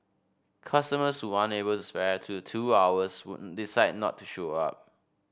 customers who aren't able to spare the two hours would decide not to show up